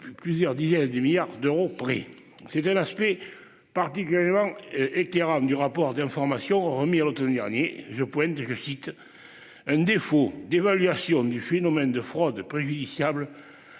Plusieurs dizaines de milliards d'euros prix c'était l'aspect particulièrement éclairant du rapport d'information remis à l'Automne dernier je pointe je cite. Un défaut d'évaluation du phénomène de fraude préjudiciable